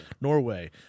Norway